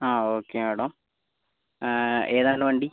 ആ okay madam ഏതാണുള്ളത് വണ്ടി